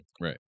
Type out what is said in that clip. right